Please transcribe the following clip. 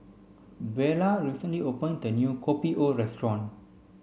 Beula recently opened a new Kopi O restaurant